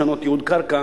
לשנות ייעוד קרקע,